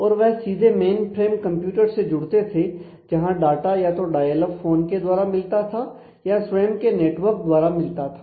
और वह सीधे मेनफ्रेम कंप्यूटर से जुड़ते थे जहां डाटा या तो डायल अप फोन के द्वारा मिलता था या स्वयं के नेटवर्क द्वारा मिलता था